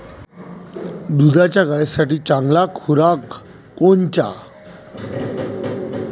दुधाच्या गायीसाठी चांगला खुराक कोनचा?